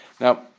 Now